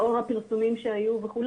לאור הפרסומים שהיו,